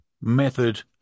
method